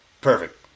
perfect